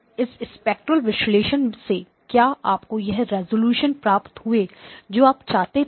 इस स्पेक्ट्रेल विश्लेषण से क्या आपको वह रेजोल्यूशन प्राप्त हुए जो आप चाहते थे